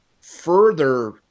further